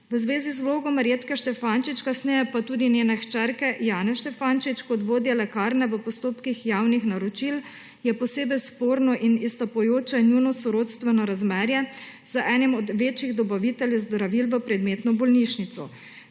V zvezi z vlogo Marjetke Štefančič, kasneje pa tudi njene hčerke Jane Štefančič, kot vodje lekarne v postopkih javnih naročil je posebej sporno in izstopajoče njuno sorodstveno razmerje z enim od večjih dobaviteljev zdravil v predmetno bolnišnico.